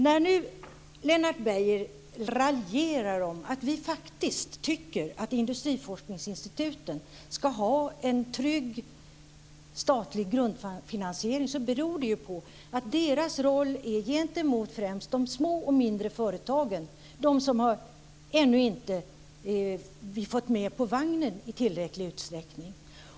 När Lennart Beijer nu raljerar om att vi faktiskt tycker att industriforskningsinstituten ska ha en trygg statlig grundfinansiering beror det på att de har en roll främst gentemot de mindre företagen, de som vi ännu inte har fått med på vagnen i tillräckligt stor utsträckning.